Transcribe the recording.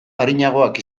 arinagoak